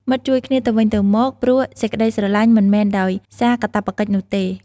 មិត្តជួយគ្នាទៅវិញទៅមកព្រោះសេចក្ដីស្រលាញ់មិនមែនដោយសារកាតព្វកិច្ចនោះទេ។